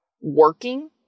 working